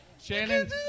Shannon